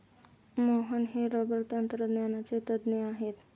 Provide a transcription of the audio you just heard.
मोहन हे रबर तंत्रज्ञानाचे तज्ज्ञ आहेत